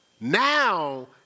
now